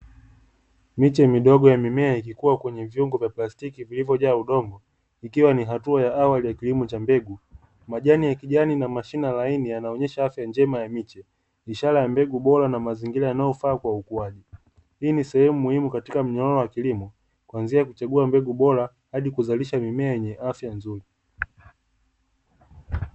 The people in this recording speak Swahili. Miche midogo ya mimea ikikuwa kwenye viungo vya plastiki vilivyo jaa udongo, ikiwa ni hatua ya awali ya kilimo cha mbegu. Majani ya kijani na mashine laini yanaonesha afya njema ya miche, ishara ya mbegu bora na mazingira yanayofaa kwa ukuaji. Hii ni sehemu muhimu katika mng'ao wa kilimo kuanzia kuchagua mbegu bora hadi kuzalisha mimea yenye afya nzuri.